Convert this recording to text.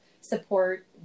support